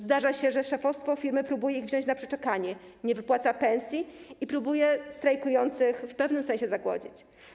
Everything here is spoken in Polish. Zdarza się, że szefostwo firmy próbuje ich wziąć na przeczekanie, nie wypłaca pensji i próbuje strajkujących w pewnym sensie zagłodzić.